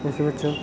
ਇਸ ਵਿੱਚ